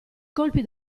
colpi